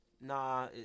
nah